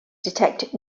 detect